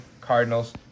Cardinals